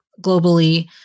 globally